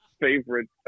favorite